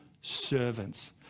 servants